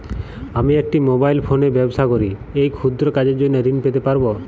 আমি একটি মোবাইল ফোনে ব্যবসা করি এই ক্ষুদ্র কাজের জন্য ঋণ পেতে পারব?